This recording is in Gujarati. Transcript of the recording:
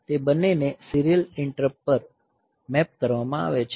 તે બંનેને સીરીયલ ઇન્ટરપ્ટ પર મેપ કરવામાં આવે છે